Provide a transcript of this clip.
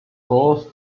ghost